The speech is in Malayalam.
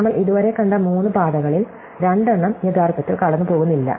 നമ്മൾ ഇതുവരെ കണ്ട മൂന്ന് പാതകളിൽ രണ്ടെണ്ണം യഥാർത്ഥത്തിൽ കടന്നുപോകുന്നില്ല